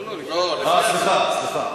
לא, לא, לפני ההצבעה.